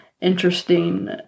interesting